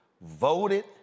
voted